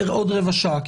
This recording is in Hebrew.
עוד רבע שעה.